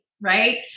right